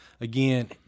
Again